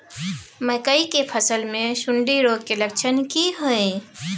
मकई के फसल मे सुंडी रोग के लक्षण की हय?